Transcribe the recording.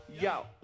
Yo